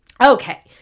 Okay